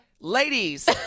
Ladies